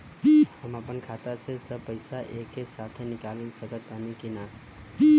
हम आपन खाता से सब पैसा एके साथे निकाल सकत बानी की ना?